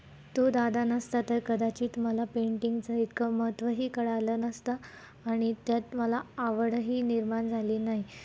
तो दादा नसता तर कदाचित मला पेंटिंगचं इतकं महत्त्वही कळलं नसतं आणि त्यात मला आवडही निर्माण झाली नाही